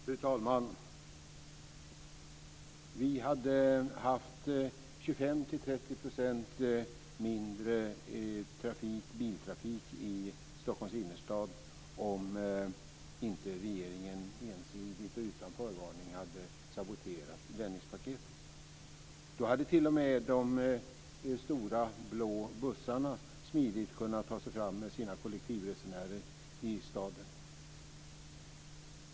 Fru talman! Vi hade haft 25-30 % mindre biltrafik i Stockholms innerstad om inte regeringen ensidigt och utan förvarning hade saboterat Dennispaketet. Då hade t.o.m. de stora blå bussarna smidigt kunnat ta sig fram med sina kollektivresenärer i staden.